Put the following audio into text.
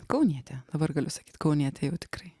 kaunietė dabar galiu sakyt kaunietė jau tikrai